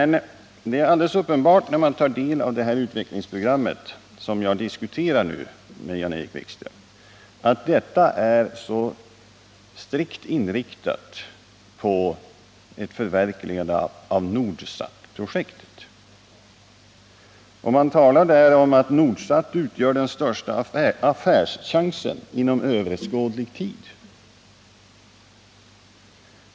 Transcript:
Då man tar del av det utvecklingsprogram jag nu diskuterar med Jan-Erik Wikström, visar det sig dock alldeles uppenbart att det är strikt inriktat på ett förverkligande av Nordsatprojektet. Man talar om att Nordsat utgör den största affärschansen inom överskådlig tid.